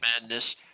Madness